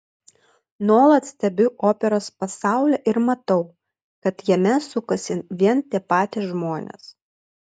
nuolat stebiu operos pasaulį ir matau kad jame sukasi vien tie patys žmonės